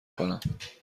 کنم